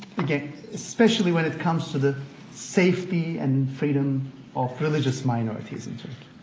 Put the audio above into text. especially when it comes to the safety and freedom of religious minorities in turkey.